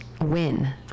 win